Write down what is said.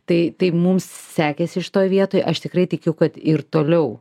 tai tai mum sekėsi šitoj vietoj aš tikrai tikiu kad ir toliau